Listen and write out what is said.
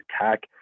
attack